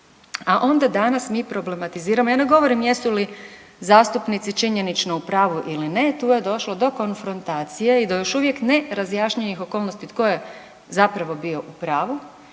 A onda danas mi problematiziramo, ja ne govorim jesu li zastupnici činjenično u pravu ili ne, tu je došlo do konfrontacije i do još uvijek nerazjašnjenih okolnosti tko je zapravo bio u pravu